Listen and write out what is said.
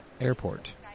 airport